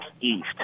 east